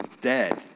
dead